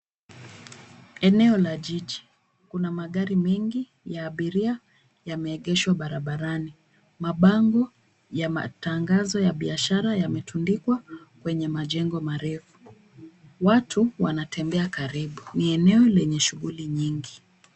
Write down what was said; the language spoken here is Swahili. Eneo la jiji. Kuna magari mengi ya abiria yameegeshwa barabarani. Mabango ya matangazo ya biashara yametundikwa kwenye majengo marefu. Watu wanatembea karibu. Ni eneo lenye shughuli nyingi.